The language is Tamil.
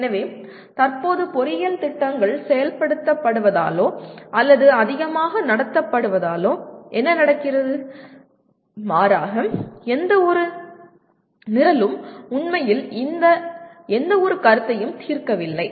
எனவே தற்போது பொறியியல் திட்டங்கள் செயல்படுத்தப்படுவதாலோ அல்லது அதிகமாக நடத்தப்படுவதாலோ என்ன நடக்கிறது மாறாக எந்தவொரு நிரலும் உண்மையில் இந்த எந்தவொரு கருத்தையும் தீர்க்கவில்லை